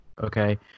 okay